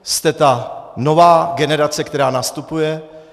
Jste ta nová generace, která nastupuje.